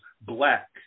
Black